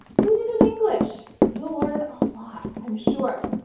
read it in english. you'll learn a lot, i'm sure.